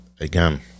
Again